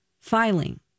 filing